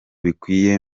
bikwiye